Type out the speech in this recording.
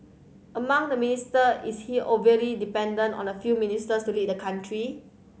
among the minister is he overly dependent on a few ministers to lead the country